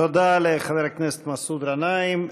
תודה לחבר הכנסת מסעוד גנאים.